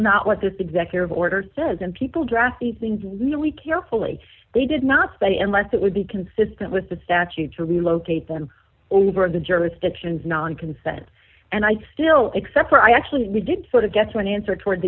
not what this executive order says and people dressed the things really carefully they did not say unless it would be consistent with the statute to relocate them over the jurisdictions non consent and i still except where i actually did sort of get to an answer toward